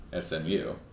SMU